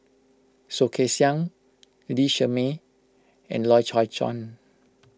Soh Kay Siang Lee Shermay and Loy Chye Chuan